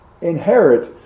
inherit